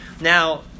Now